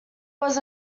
was